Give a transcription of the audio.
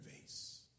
vase